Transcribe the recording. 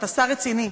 אתה שר רציני,